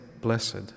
blessed